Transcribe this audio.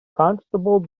constable